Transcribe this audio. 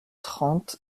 trente